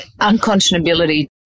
unconscionability